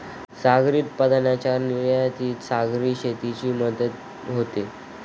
सागरी उत्पादनांच्या निर्यातीत सागरी शेतीची मदत होते